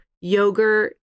yogurt